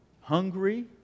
hungry